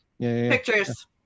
Pictures